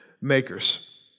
makers